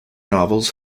novels